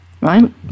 right